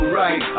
right